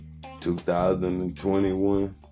2021